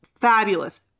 fabulous